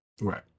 right